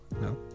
no